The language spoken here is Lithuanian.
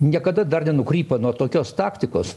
niekada dar nenukrypo nuo tokios taktikos